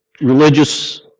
religious